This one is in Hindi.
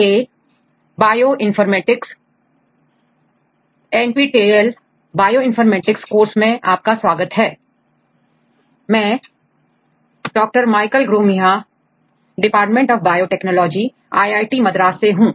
एनपीटीईएल बायोइनफॉर्मेटिक्स कोर्स में आपका स्वागत है मैं doctor Michael Gromiha department of biotechnology IIT Madras से हूं